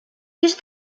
used